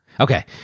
Okay